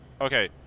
Okay